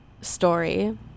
story